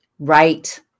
Right